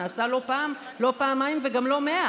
זה נעשה לא פעם, לא פעמיים וגם לא מאה.